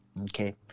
Okay